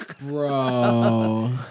Bro